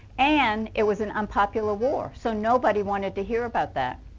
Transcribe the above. and it was an unpopular war. so nobody wanted to hear about that.